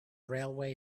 railway